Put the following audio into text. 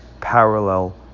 parallel